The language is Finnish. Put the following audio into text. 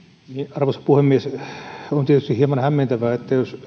arvoisa puhemies on tietysti hieman hämmentävää että jos